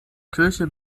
kirche